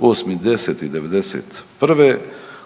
kojoj su u trenutku rođenja